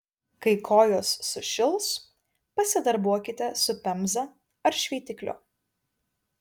kai kojos sušils pasidarbuokite su pemza ar šveitikliu